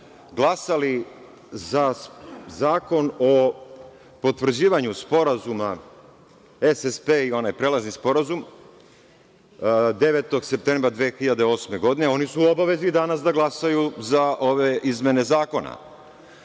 glasali za Zakon o potvrđivanju sporazuma, SSP i onaj prelazni sporazum 9. septembra 2008. godine, oni su u obavezi danas da glasaju za ove izmene zakona.